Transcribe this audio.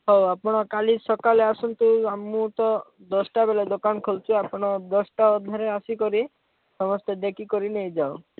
ହଉ ଆପଣ କାଲି ସକାଳେ ଆସନ୍ତୁ ଆଉ ମୁଁ ତ ଦଶଟା ବେଳେ ଦୋକାନ ଖୋଲୁଛି ଆପଣ ଦଶଟା ଅଧାରେ ଆସି କରି ସମସ୍ତେ ଦେଖି କରି ନେଇଯାଅ